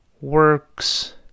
works